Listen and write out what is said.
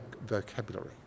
vocabulary